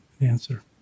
answer